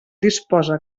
disposa